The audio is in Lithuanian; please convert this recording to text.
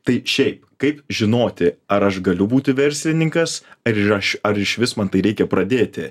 tai šiaip kaip žinoti ar aš galiu būti verslininkas ar aš ar išvis man tai reikia pradėti